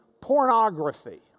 pornography